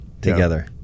together